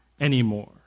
anymore